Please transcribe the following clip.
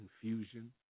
confusion